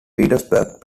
pittsburgh